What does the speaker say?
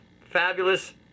Fabulous